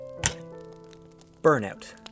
Burnout